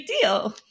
deal